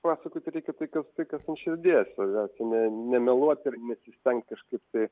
pasakoti reikia tai kas tai kas ant širdies ne nemeluoti ir nesistengti kažkaip tai